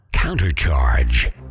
countercharge